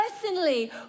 personally